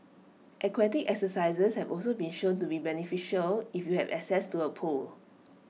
aquatic exercises have also been shown to be beneficial if you have access to A pool